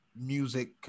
music